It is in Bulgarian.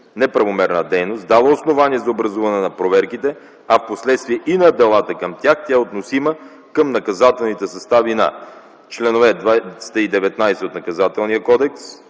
неправомерна дейност дала основание за образуване на проверките, а впоследствие и на делата към тях, то тя е относима към наказателните състави на чл. 219 от